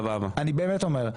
אני באמת אומר,